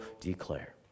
declare